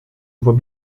voix